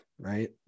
right